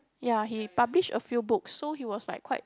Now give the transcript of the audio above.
ya he publish a few books so he was like quite